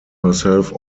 herself